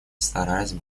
стараясь